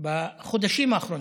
בחודשים האחרונים,